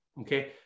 Okay